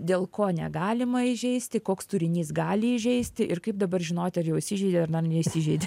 dėl ko negalima įžeisti koks turinys gali įžeisti ir kaip dabar žinot ar jau įsižeidė ar dar neįsižeidė